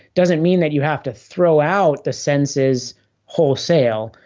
doesn't mean that you have to throw out the senses wholesale.